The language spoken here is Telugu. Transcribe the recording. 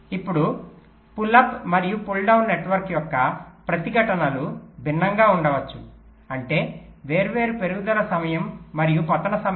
ఇప్పుడు పుల్ అప్ మరియు పుల్ డౌన్ నెట్వర్క్ యొక్క ప్రతిఘటనలు భిన్నంగా ఉండవచ్చు అంటే వేర్వేరు పెరుగుదల సమయం మరియు పతనం సమయం